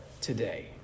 today